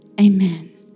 Amen